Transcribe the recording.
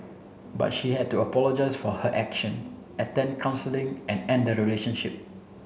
but she had to apologise for her action attend counselling and end the relationship